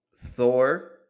thor